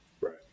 Right